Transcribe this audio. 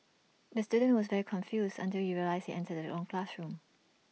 the student was very confused until he realised he entered the wrong classroom